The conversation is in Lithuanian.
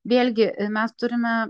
vėlgi mes turime